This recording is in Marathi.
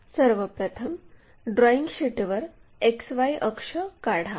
सर्व प्रथम ड्रॉईंग शीटवर X Y अक्ष काढा